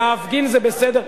להפגין זה בסדר,